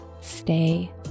stay